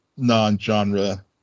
non-genre